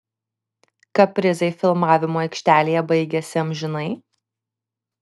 kaprizai filmavimo aikštelėje baigėsi amžinai